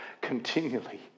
continually